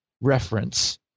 reference